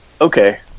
Okay